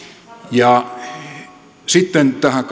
ja sitten tähän